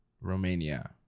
Romania